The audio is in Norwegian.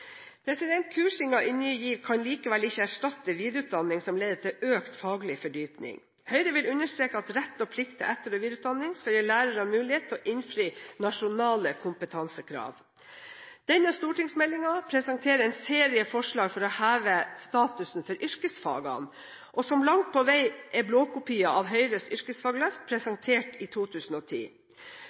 i Ny GIV kan likevel ikke erstatte videreutdanning som leder til økt faglig fordypning. Høyre vil understreke at rett og plikt til etter- og videreutdanning skal gi lærerne mulighet til å innfri nasjonale kompetansekrav. Denne stortingsmeldingen presenterer en serie forslag for å heve statusen for yrkesfagene, og som langt på vei er blåkopier av Høyres yrkesfagløft presentert i 2010.